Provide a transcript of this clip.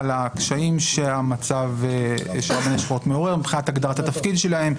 על הקשיים שהמצב של רבני שכונות מעורר מבחינת הגדרת התפקיד שלהם,